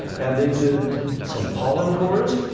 and they did some pollen cores.